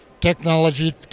Technology